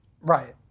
Right